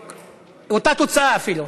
אותה תוצאה אפילו.